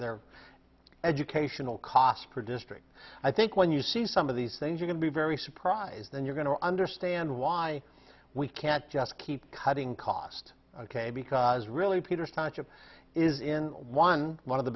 their educational cost per district i think when you see some of these things are going to be very surprised then you're going to understand why we can't just keep cutting costs ok because really peter sonship is in one of the